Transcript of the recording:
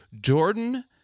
Jordan